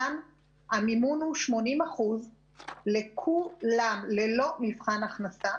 כאן המימון הוא 80% לכולם ללא מבחן הכנסה.